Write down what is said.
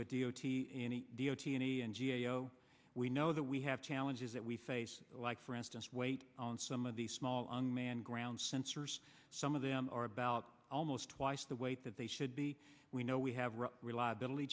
with the o t d o t n a and geo we know that we have challenges that we face like for instance weight on some of these small unmanned ground sensors some of them are about almost twice the weight that they should be we know we have reliability